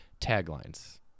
taglines